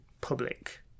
public